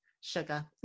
sugar